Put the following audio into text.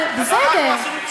בסדר.